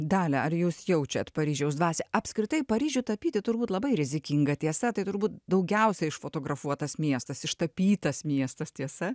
dalia ar jūs jaučiat paryžiaus dvasią apskritai paryžių tapyti turbūt labai rizikinga tiesa tai turbūt daugiausia išfotografuotas miestas ištapytas miestas tiesa